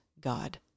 God